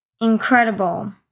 incredible